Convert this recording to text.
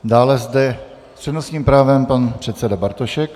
Dále je zde s přednostním právem pan předseda Bartošek.